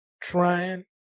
trying